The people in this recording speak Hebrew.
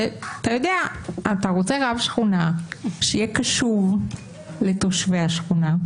אתה רוצה רב שכונה שיהיה קשוב לתושבי השכונה.